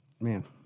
man